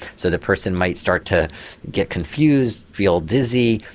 so the person might start to get confused, feel dizzy,